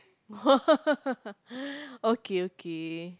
okay okay